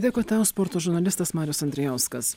dėkui tau sporto žurnalistas marius andrijauskas